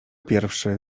pierwszy